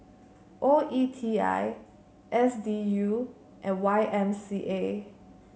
O E T I S D U and Y M C A